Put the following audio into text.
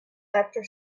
after